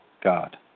God